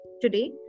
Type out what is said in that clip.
Today